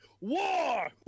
war